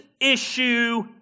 issue